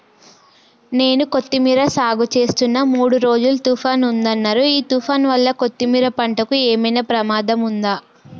నేను కొత్తిమీర సాగుచేస్తున్న మూడు రోజులు తుఫాన్ ఉందన్నరు ఈ తుఫాన్ వల్ల కొత్తిమీర పంటకు ఏమైనా ప్రమాదం ఉందా?